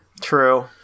True